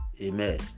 Amen